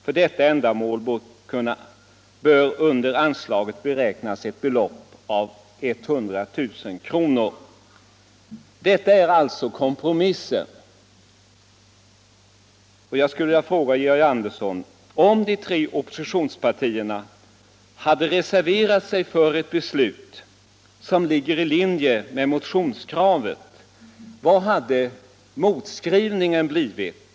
För detta ändamål bör under anslaget beräknas ett belopp av 100 000 kr., säger utskottet. — Detta är alltså kompromissen. Jag skulle vilja fråga Georg Andersson i Lycksele: Om de tre oppositionspartierna hade reserverat sig för ett beslut som ligger i linje med motionskraven, vad hade motskrivningen då blivit?